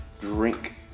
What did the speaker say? drink